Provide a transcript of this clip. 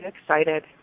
excited